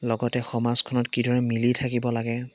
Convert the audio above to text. লগতে সমাজখনত কিদৰে মিলি থাকিব লাগে